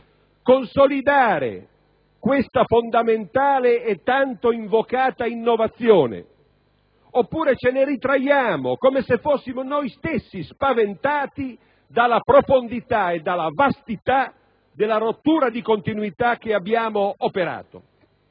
consolidare questa fondamentale e tanto invocata innovazione, oppure ce ne ritraiamo come se fossimo noi stessi spaventati dalla profondità e dalla vastità della rottura di continuità che abbiamo operato?